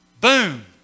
boom